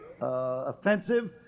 offensive